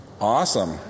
Awesome